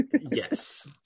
Yes